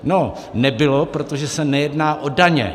No, nebylo, protože se nejedná o daně.